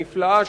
הנפלאה,